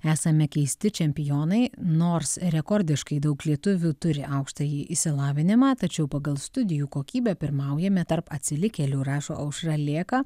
esame keisti čempionai nors rekordiškai daug lietuvių turi aukštąjį išsilavinimą tačiau pagal studijų kokybę pirmaujame tarp atsilikėlių rašo aušra lėka